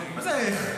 מה זה איך?